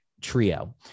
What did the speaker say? trio